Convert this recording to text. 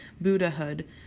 Buddhahood